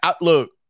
look